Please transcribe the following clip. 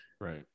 Right